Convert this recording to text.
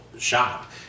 shop